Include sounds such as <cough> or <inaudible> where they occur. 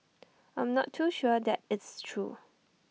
<noise> I'm not too sure that is true